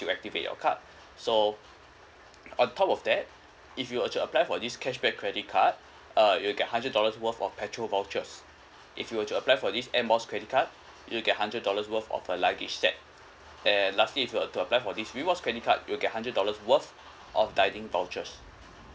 activate your card so on top of that if you were to apply for this cashback credit card uh you'll get hundred dollars worth of petrol vouchers if you were to apply for this air miles credit card you'll get hundred dollars worth of a luggage set and lastly if you were to apply for this rewards credit card you'll get hundred dollars worth of dining vouchers